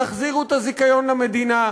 תחזירו את הזיכיון למדינה,